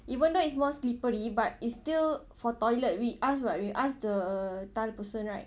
even though it's more slippery but it's still for toilet we ask [what] we ask the tile person right